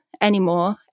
anymore